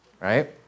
right